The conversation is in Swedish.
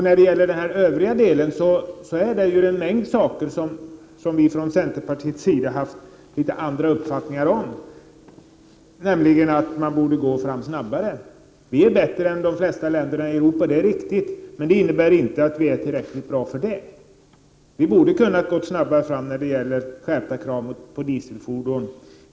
När det gäller den övriga delen finns det en mängd saker som vi inom centerpartiet har fört fram uppfattningar om. Vi anser t.ex. att man borde gå fram snabbare. Förhållandena är visserligen bättre här i Sverige än i de flesta länder i Europa, men det innebär inte att de är tillräckligt bra. Vi borde ha kunnat gå snabbare fram när det gäller skärpta krav på dieselfordon.